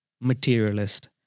materialist